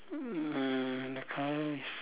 mm uh the colour is